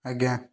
ଆଜ୍ଞା